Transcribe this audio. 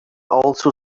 also